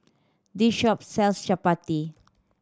this shop sells chappati